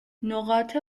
نقاط